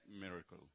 miracle